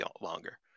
longer